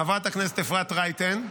חברת הכנסת אפרת רייטן,